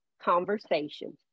conversations